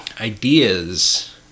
ideas